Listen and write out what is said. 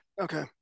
okay